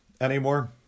anymore